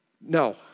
No